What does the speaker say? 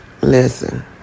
Listen